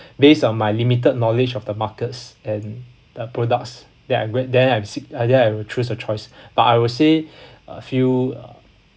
based on my limited knowledge of the markets and uh products then I am going then I seek then I will choose a choice but I will share a few uh